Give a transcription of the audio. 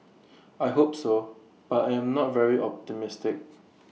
I hope so but I am not very optimistic